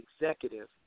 executive